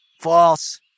False